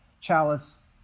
chalice